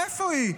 איפה היא?